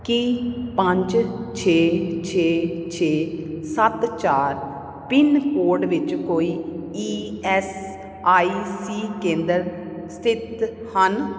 ਕੀ ਪੰਜ ਛੇ ਛੇ ਛੇ ਸੱਤ ਚਾਰ ਪਿੰਨ ਕੋਡ ਵਿੱਚ ਕੋਈ ਈ ਐੱਸ ਆਈ ਸੀ ਕੇਂਦਰ ਸਥਿਤ ਹਨ